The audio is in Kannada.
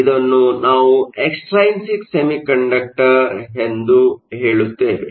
ಇದನ್ನು ನಾವು ಎಕ್ಟ್ರೈನ್ಸಿಕ್ ಸೆಮಿಕಂಡಕ್ಟರ್ ಎಂದು ಹೆಳುತ್ತೇವೆ